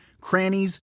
crannies